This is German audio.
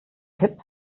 tipp